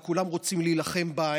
וכולם רוצים להילחם בה,